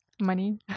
Money